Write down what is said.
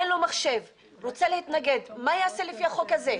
אין מחשב, הוא רוצה להתנגד, מה יעשה לפי החוק הזה?